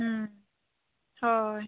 ᱦᱳᱭ